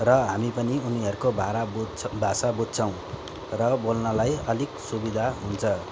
र हामी पनि उनीहरूको भारा बुज् भाषा बुज्छौँ र बोल्नलाई अलिक सुविधा हुन्छ